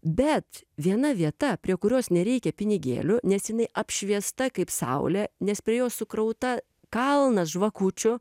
bet viena vieta prie kurios nereikia pinigėlių nes jinai apšviesta kaip saulė nes prie jos sukrauta kalnas žvakučių